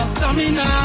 Stamina